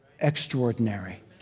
extraordinary